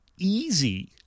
easy